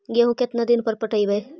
गेहूं केतना दिन पर पटइबै?